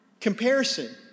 comparison